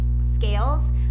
scales